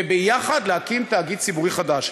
ויחד להקים תאגיד ציבורי חדש.